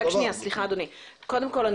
קודם כול,